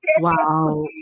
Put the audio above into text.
Wow